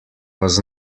was